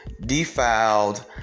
defiled